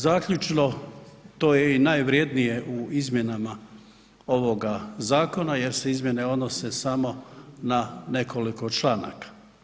Zaključno to je i najvrijednije u izmjenama ovoga zakona jer se izmjene odnose samo na nekoliko članaka.